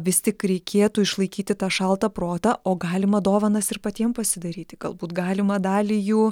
vis tik reikėtų išlaikyti tą šaltą protą o galima dovanas ir patiem pasidaryti galbūt galima dalį jų